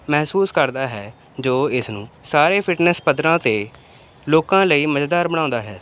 ਮਹਿਸੂਸ ਕਰਦਾ ਹੈ ਜੋ ਇਸ ਨੂੰ ਸਾਰੇ ਫਿਟਨੈਸ ਪੱਧਰਾਂ 'ਤੇ ਲੋਕਾਂ ਲਈ ਮਜ਼ੇਦਾਰ ਬਣਾਉਂਦਾ ਹੈ